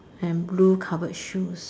and blue covered shoes